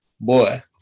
Boy